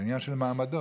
זה עניין של מעמדות.